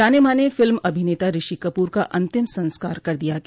जाने माने फिल्म अभिनेता ऋषि कपूर का अंतिम संस्कार कर दिया गया